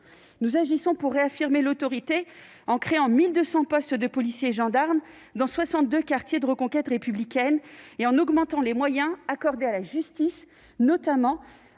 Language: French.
Nous agissons pour réaffirmer l'autorité en créant 1 200 postes de policiers et de gendarmes dans 62 quartiers de reconquête républicaine et en augmentant les moyens accordés à la justice, notamment